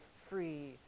free